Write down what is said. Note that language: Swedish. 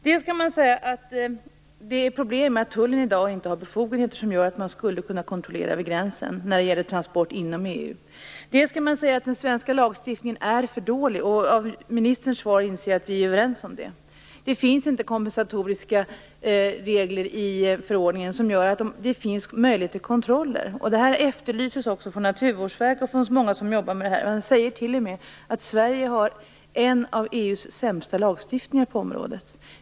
Dels kan man säga att det är ett problem att tullen i dag inte har befogenheter som gör att man skulle kunna kontrollera transporter inom EU vid gränsen, dels kan man säga att den svenska lagstiftningen är för dålig. Av ministerns svar inser jag att vi är överens om det. Det finns inte kompensatoriska regler i förordningen som gör att det finns möjlighet till kontroller. Det här efterlyses också från Naturvårdsverket och från många som jobbar med detta. Man säger t.o.m. att Sverige har en av EU:s sämsta lagstiftningar på området.